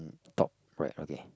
top right okay